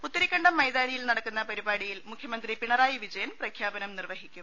പുത്തരി ക്കണ്ടം മൈതാനിയിൽ നടക്കുന്ന പരിപാടിയിൽ മുഖ്യമന്ത്രി പിണ റായി വിജയൻ പ്രഖ്യാപനം നിർവഹിക്കും